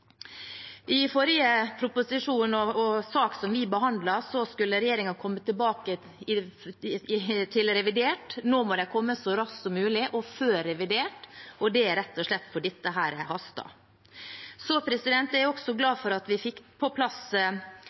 I forbindelse med proposisjonen vi behandlet i forrige sak, skulle regjeringen komme tilbake i revidert. Nå må de komme så raskt som mulig og før revidert, og det er rett og slett fordi dette haster. Jeg er også glad for at vi fikk på plass